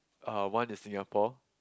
uh one is Singapore